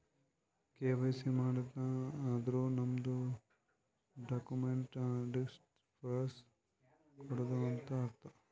KYC ಮಾಡದ್ ಅಂದುರ್ ನಮ್ದು ಡಾಕ್ಯುಮೆಂಟ್ಸ್ ಅಡ್ರೆಸ್ಸ್ ಪ್ರೂಫ್ ಕೊಡದು ಅಂತ್ ಅರ್ಥ